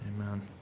Amen